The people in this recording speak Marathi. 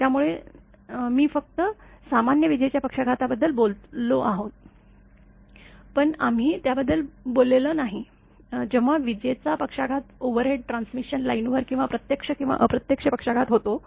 त्यामुळे मीफक्त सामान्य विजेच्या पक्षाघाताबद्दल बोललो आहोत पण आम्ही त्याबद्दल बोललो नाही जेव्हा विजेचा पक्षाघात ओव्हरहेड ट्रान्समिशन लाईनवर किंवा प्रत्यक्ष किंवा अप्रत्यक्ष पक्षाघातात होतो